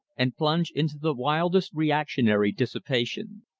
and plunge into the wildest reactionary dissipation.